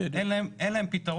אין להם פתרון.